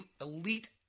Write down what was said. elite